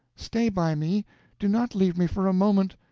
stay by me do not leave me for a moment.